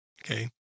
Okay